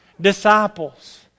disciples